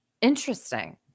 Interesting